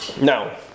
Now